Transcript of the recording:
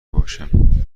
باشم